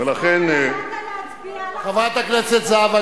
וכאן באה, חבר הכנסת טיבייב,